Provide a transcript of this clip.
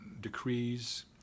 decrees